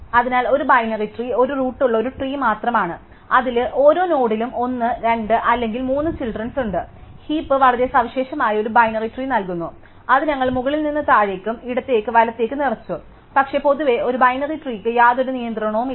അതിനാൽ ഒരു binary tree ഒരു റൂട്ട് ഉള്ള ഒരു ട്രീ മാത്രമാണ് അതിൽ ഓരോ നോഡിലും 1 2 അല്ലെങ്കിൽ 3 ചിൽഡ്രെൻസുണ്ട് ഹീപ് വളരെ സവിശേഷമായ ഒരു ബൈനറി ട്രീ നൽകുന്നു അത് ഞങ്ങൾ മുകളിൽ നിന്ന് താഴേക്ക് ഇടത്തേക്ക് വലത്തേക്ക് നിറച്ചു പക്ഷേ പൊതുവേ ഒരു ബൈനറി ട്രീന് യാതൊരു നിയന്ത്രണവുമില്ല